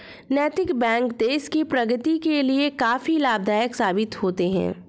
नैतिक बैंक देश की प्रगति के लिए काफी लाभदायक साबित होते हैं